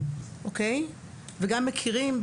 וגם מכירים,